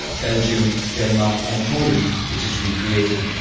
belgium, denmark and poland, which is recreated.